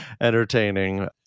entertaining